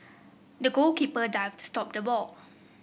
the goalkeeper dived to stop the ball